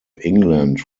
england